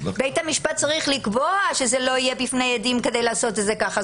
בית המשפט צריך לקבוע שזה לא יהיה בפני עדים כדי לעשות את זה כך.